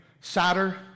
sadder